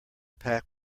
pack